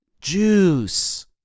juice